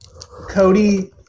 Cody